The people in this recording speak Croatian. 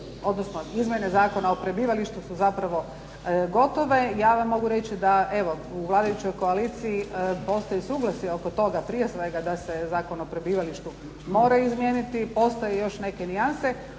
tome. Izmjene Zakona o prebivalištu su zapravo gotove. Ja vam mogu reći da u vladajućoj koaliciji postoji suglasje oko toga prije svega da Zakon o prebivalištu mora izmijeniti. Postoje još neke nijanse.